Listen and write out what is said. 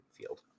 field